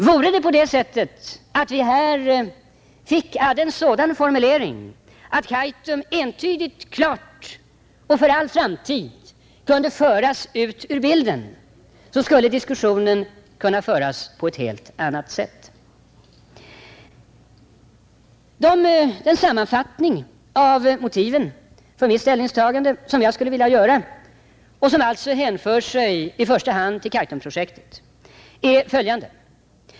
Vore det på det sättet att vi här hade en sådan formulering att Kaitum entydigt, klart och för all framtid kunde föras ut ur bilden, skulle diskussionen kunna föras på ett helt annat sätt. Den sammanfattning av motiven för mitt ställningstagande som jag skulle vilja göra och som alltså hänför sig i första hand till Kaitumprojektet är följande.